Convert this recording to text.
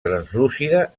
translúcida